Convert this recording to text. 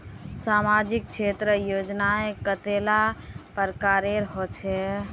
सामाजिक क्षेत्र योजनाएँ कतेला प्रकारेर होचे?